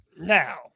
Now